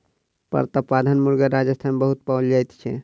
प्रतापधन मुर्ग राजस्थान मे बहुत पाओल जाइत छै